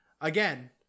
again